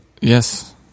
Yes